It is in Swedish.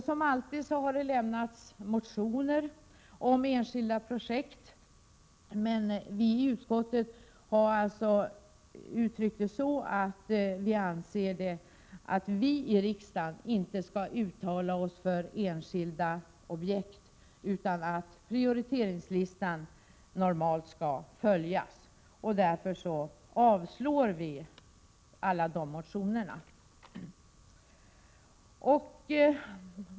Som alltid har det väckts motioner om enskilda objekt, men utskottet har alltså uttryckt det så att vi anser att riksdagen inte skall uttala sig för enskilda objekt, utan att prioriteringslistan normalt skall följas. Därför avstyrker utskottet dessa motioner.